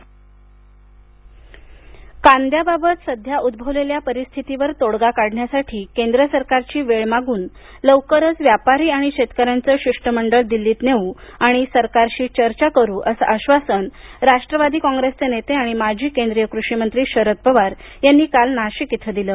कांदा पवार कांद्याबाबत सध्या उद्भवलेल्या परिस्थितीवर तोडगा काढण्यासाठी केंद्र सरकारची वेळ मागून लवकरच व्यापारी आणि शेतकऱ्यांचं शिष्टमंडळ दिल्लीत नेऊ आणि सरकारशी चर्चा करू असं आश्वासन राष्ट्रवादी काँग्रेसचे नेते आणि माजी केंद्रीय कृषी मंत्री शरद पवार यांनी काल नाशिक इथे दिलं